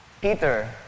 Peter